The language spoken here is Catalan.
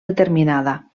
determinada